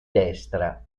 destra